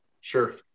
Sure